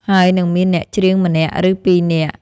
ហើយនិងមានអ្នកច្រៀងម្នាក់ ឬពីរនាក់ ។